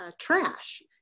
trash